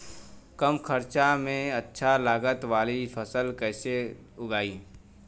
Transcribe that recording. कम खर्चा में अच्छा लागत वाली फसल कैसे उगाई?